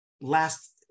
last